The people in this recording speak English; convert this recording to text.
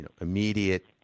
immediate